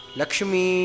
Lakshmi